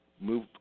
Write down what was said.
move